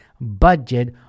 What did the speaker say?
budget